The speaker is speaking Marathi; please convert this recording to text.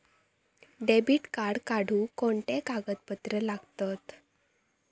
डेबिट कार्ड काढुक कोणते कागदपत्र लागतत?